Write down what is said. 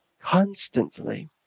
constantly